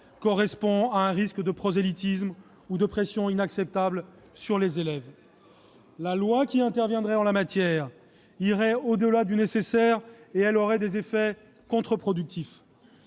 entraîne un risque de prosélytisme ou de pression inacceptable sur les élèves. Bien sûr ! Une loi qui interviendrait en la matière irait au-delà du nécessaire et aurait des effets contre-productifs.